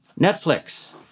Netflix